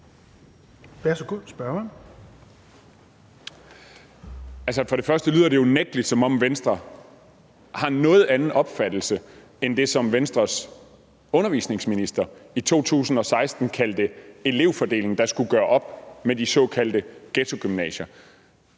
det lyder unægtelig, som om Venstre har en noget anden opfattelse end det, som Venstres undervisningsminister i 2016 kaldte en elevfordeling, der skulle gøre op med de såkaldte ghettogymnasier.